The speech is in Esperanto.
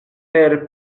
per